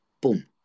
boom